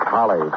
Holly